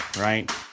right